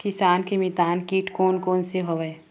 किसान के मितान कीट कोन कोन से हवय?